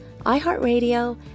iHeartRadio